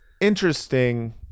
interesting